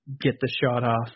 get-the-shot-off